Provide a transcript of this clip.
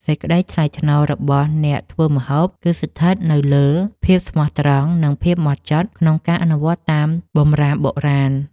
សេចក្តីថ្លៃថ្នូររបស់អ្នកធ្វើម្ហូប គឺស្ថិតនៅលើភាពស្មោះត្រង់ និងភាពម៉ត់ចត់ក្នុងការអនុវត្តតាមបម្រាមបុរាណ។